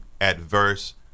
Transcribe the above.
adverse